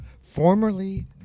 formerly